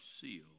sealed